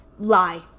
lie